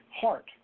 heart